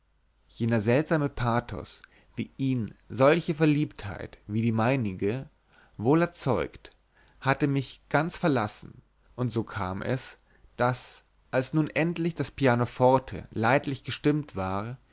jener seltsame pathos wie ihn solche verliebtheit wie die meinige wohl erzeugt hatte mich ganz verlassen und so kam es daß als nun endlich das pianoforte leidlich gestimmt war